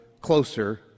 closer